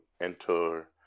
enter